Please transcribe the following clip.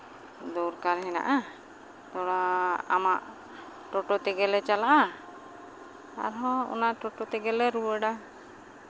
ᱫᱚᱨᱠᱟᱨ ᱦᱮᱱᱟᱜᱼᱟ ᱛᱷᱚᱲᱟ ᱟᱢᱟᱜ ᱴᱳᱴᱳ ᱛᱮᱜᱮᱞᱮ ᱪᱟᱞᱟᱜᱼᱟ ᱟᱨᱦᱚᱸ ᱚᱱᱟ ᱴᱳᱴᱳ ᱛᱮᱜᱮᱞᱮ ᱨᱩᱣᱟᱹᱲᱟ